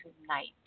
tonight